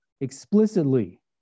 explicitly